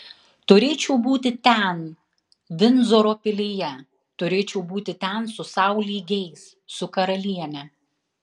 turėčiau būti ten vindzoro pilyje turėčiau būti ten su sau lygiais su karaliene